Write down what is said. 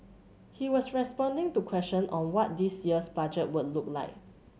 he was responding to questions on what this year's budget would look like